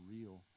real